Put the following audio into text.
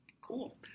Cool